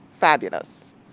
fabulous